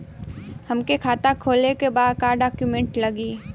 हमके खाता खोले के बा का डॉक्यूमेंट लगी?